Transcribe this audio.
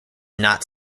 not